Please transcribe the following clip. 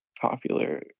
popular